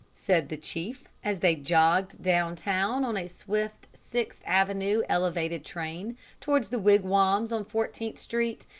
said the chief, as they jogged down-town on a swift sixth avenue elevated train towards the wigwams on fourteenth street,